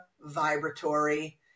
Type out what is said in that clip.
vibratory